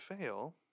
fail